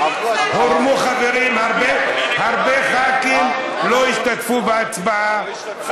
חברים, הרבה ח"כים לא השתתפו בהצבעה.